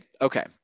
okay